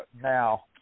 now